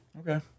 Okay